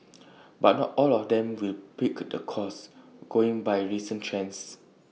but not all of them will pick the course going by recent trends